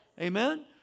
Amen